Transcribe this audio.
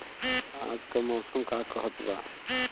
आज क मौसम का कहत बा?